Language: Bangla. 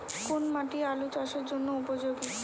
কোন মাটি আলু চাষের জন্যে উপযোগী?